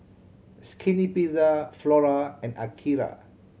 Skinny Pizza Flora and Akira